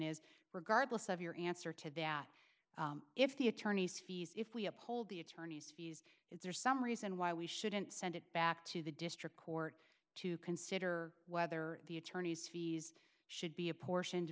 is regardless of your answer to that if the attorneys fees if we uphold the attorney's fees if there's some reason why we shouldn't send it back to the district court to consider whether the attorneys fees should be apportion